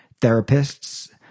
therapists